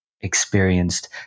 experienced